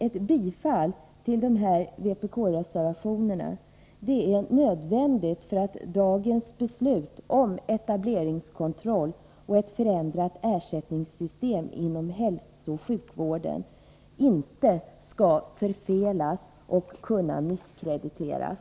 Ett bifall till dessa vpk-reservationer är nödvändigt för att dagens beslut om etableringskontroll och ett förändrat ersättningssystem inom hälsooch sjukvården inte skall förfelas och kunna misskrediteras.